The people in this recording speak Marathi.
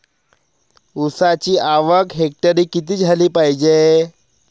ऊसाची आवक हेक्टरी किती झाली पायजे?